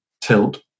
tilt